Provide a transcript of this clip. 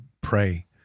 pray